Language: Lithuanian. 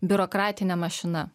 biurokratinė mašina